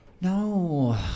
no